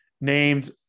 named